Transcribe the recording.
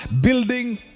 building